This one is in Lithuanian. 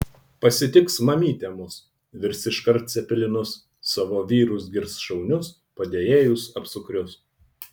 pasitiks mamytė mus virs iškart cepelinus savo vyrus girs šaunius padėjėjus apsukrius